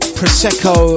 Prosecco